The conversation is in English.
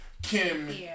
Kim